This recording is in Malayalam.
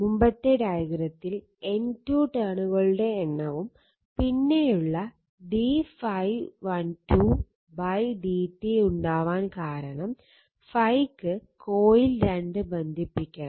മുമ്പത്തെ ഡയഗ്രത്തിൽ N2 ടേണുകളുടെ എണ്ണവും പിന്നെയുള്ള d ∅12 dt ഉണ്ടാവാൻ കാരണം ∅ ക്ക് കോയിൽ 2 ബന്ധിപ്പിക്കണം